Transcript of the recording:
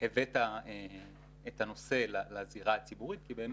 שהבאת את הנושא לזירה הציבורית כי באמת,